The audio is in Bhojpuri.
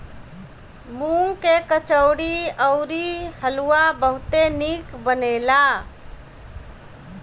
मूंग के कचौड़ी अउरी हलुआ बहुते निक बनेला